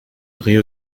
rio